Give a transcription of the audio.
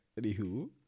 Anywho